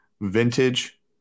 Vintage